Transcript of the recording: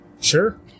Sure